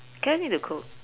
carrots need to cook